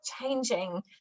changing